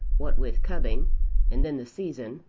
what with cubbing and then the season,